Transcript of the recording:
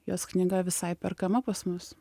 jos knyga visai perkama pas mus